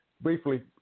briefly